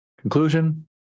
Conclusion